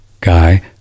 guy